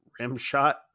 Rimshot